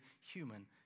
human